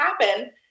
happen